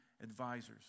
advisors